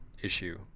issue